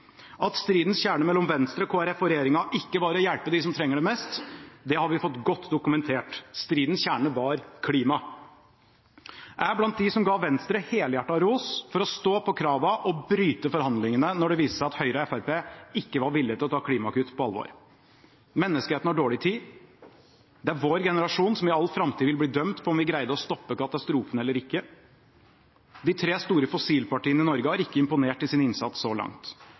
At stridens kjerne mellom Venstre, Kristelig Folkeparti og regjeringen ikke handlet om å hjelpe dem som trenger det mest, har vi fått godt dokumentert. Stridens kjerne dreide seg om klima. Jeg er blant dem som ga Venstre helhjertet ros for å stå på krava og bryte forhandlingene da det viste seg at Høyre og Fremskrittspartiet ikke var villige til å ta klimagasskutt på alvor. Menneskeheten har dårlig tid. Det er vår generasjon som i all framtid vil bli dømt på om vi greide å stoppe katastrofen eller ikke. De tre store fossilpartiene i Norge har ikke imponert med sin innsats så langt.